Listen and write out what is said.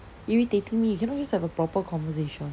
irritating me you cannot just have a proper conversation